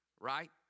right